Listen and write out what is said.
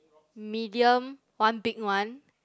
medium one big one